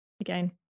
again